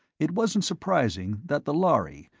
it wasn't surprising that the lhari,